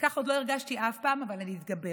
כך עוד לא הרגשתי אף פעם! אבל אני אתגבר.